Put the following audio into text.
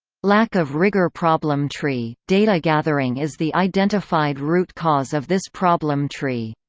lack of rigour problem tree data gathering is the identified root cause of this problem tree.